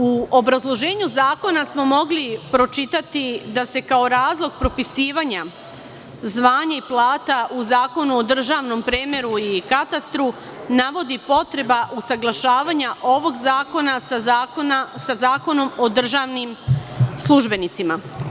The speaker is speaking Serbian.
U obrazloženju zakona smo mogli pročitati da se, kao razlog propisivanja zvanja i plata u Zakonu o državnom premeru i katastru, navodi potreba usaglašavanja ovog zakona sa Zakonom o državnim službenicima.